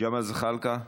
ג'מאל זחאלקה,